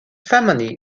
family